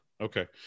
okay